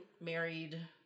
married